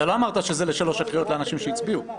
אתה לא אמרת לאנשים שהצביעו שזה לשלוש הקריאות.